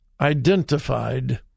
identified